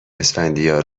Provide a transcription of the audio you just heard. اسفندیار